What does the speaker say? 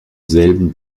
selben